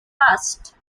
past